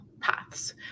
paths